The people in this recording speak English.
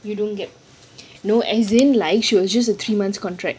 no as in like she was just a three month contract